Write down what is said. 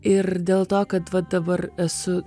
ir dėl to kad va dabar esu